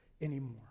anymore